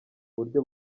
buryo